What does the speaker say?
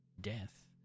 Death